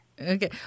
Okay